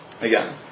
again